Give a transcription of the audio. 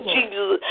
Jesus